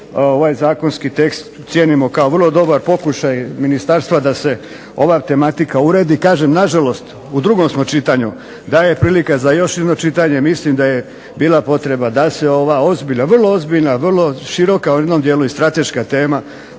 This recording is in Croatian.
Ovaj zakonski tekst cijenimo kao vrlo dobar pokušaj ministarstva da se ova tematika uredi, kažem nažalost u drugom smo čitanju, da je prilika za još jedno čitanje mislim da je bila potreba da se ova ozbiljna, vrlo ozbiljna, vrlo široka u jednom dijelu i strateška tema